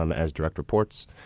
um as direct reports,